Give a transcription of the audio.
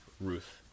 Ruth